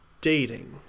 dating